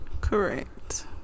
Correct